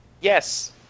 Yes